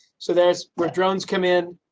so there's drones come in.